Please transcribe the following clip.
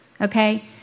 Okay